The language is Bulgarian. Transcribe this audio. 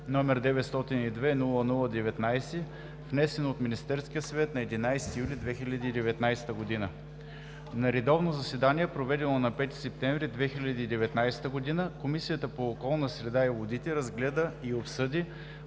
г., № 902-00-19, внесен от Министерския съвет на 11 юли 2019г. На редовно заседание, проведено на 5 септември 2019 г., Комисията по околната среда и водите разгледа и обсъди